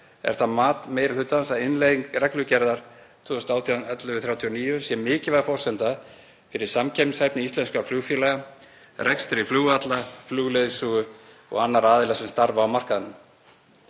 er það mat meiri hlutans að innleiðing reglugerðar (ESB) 2018/1139 sé mikilvæg forsenda fyrir samkeppnishæfni íslenskra flugfélaga, rekstri flugvalla, flugleiðsögu og annarra aðila sem starfa á markaðnum.